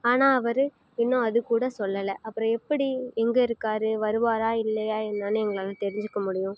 ஆனால் அவர் இன்னும் அது கூட சொல்லலை அப்புறோம் எப்படி எங்கே இருக்காரு வருவாரா இல்லையா என்னனு எங்களால் தெரிஞ்சுக்க முடியும்